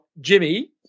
Jimmy